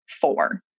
four